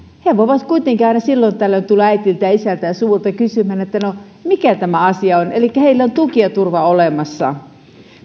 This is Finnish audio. he voivat kuitenkin aina silloin tällöin tulla äidiltä ja isältä ja suvulta kysymään että no mikä tämä asia on elikkä heillä on tuki ja turva olemassa